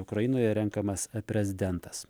ukrainoje renkamas prezidentas